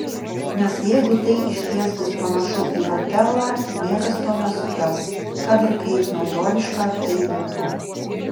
nes jeigu tai išties bus panašu į otelą niekas to nesupras kad ir kaip naujoviška tai būtų